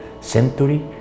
century